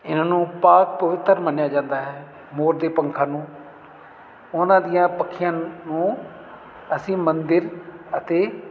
ਇਹਨਾਂ ਨੂੰ ਪਾਕ ਪਵਿੱਤਰ ਮੰਨਿਆ ਜਾਂਦਾ ਹੈ ਮੋਰ ਦੇ ਪੰਖਾਂ ਨੂੰ ਉਹਨਾਂ ਦੀਆਂ ਪੱਖੀਆਂ ਨੂੰ ਅਸੀਂ ਮੰਦਿਰ ਅਤੇ